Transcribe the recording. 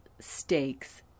stakes